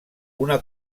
una